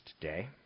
today